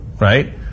right